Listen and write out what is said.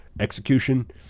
Execution